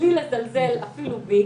בלי לזלזל אפילו בי,